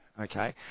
Okay